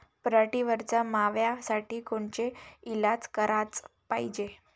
पराटीवरच्या माव्यासाठी कोनचे इलाज कराच पायजे?